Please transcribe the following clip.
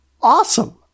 awesome